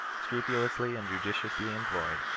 scrupulously and judiciously employed,